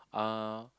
uh